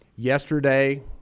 Yesterday